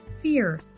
fear